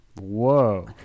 Whoa